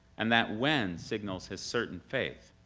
and that when signals his certain faith.